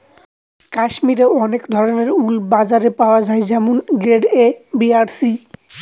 কাশ্মিরে অনেক ধরনের উল বাজারে পাওয়া যায় যেমন গ্রেড এ, বি আর সি